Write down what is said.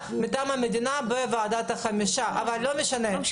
לא, הוא גם חבר מטעם המדינה בוועדת החמישה.